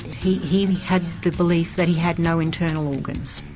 he he had the belief that he had no internal organs.